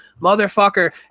Motherfucker